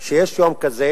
כשיש יום כזה